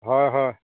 হয় হয়